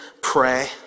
pray